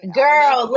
girl